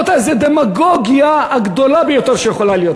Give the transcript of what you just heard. זאת הדמגוגיה הגדולה ביותר שיכולה להיות.